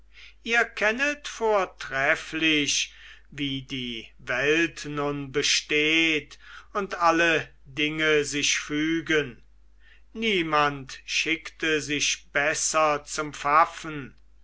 ihr kennet vortrefflich wie die welt nun besteht und alle dinge sich fügen niemand schickte sich besser zum pfaffen